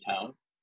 Towns